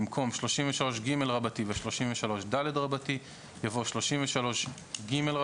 במקום "33ג ו־33ד" יבוא "33ג,